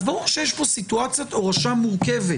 אז ברור שיש פה סיטואציית הורשה מורכבת,